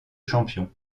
champion